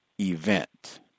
event